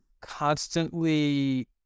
constantly